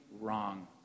wrong